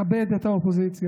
לכבד את האופוזיציה,